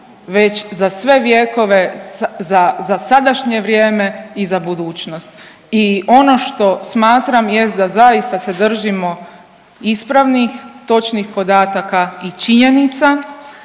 već za sve vjekove, za sadašnje vrijeme i za budućnost. I ono što smatram jest da zaista se držimo ispravnih, točnih podataka i činjenica